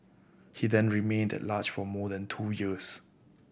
he then remained at large for more than two years